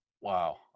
Wow